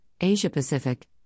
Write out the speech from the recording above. Asia-Pacific